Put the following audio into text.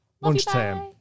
Lunchtime